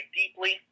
deeply